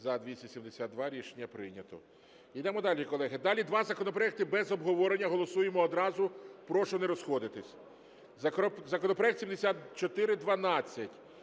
За-272 Рішення прийнято. Ідемо далі, колеги. Далі два законопроекти без обговорення, голосуємо одразу, прошу не розходитись. Законопроект 7412.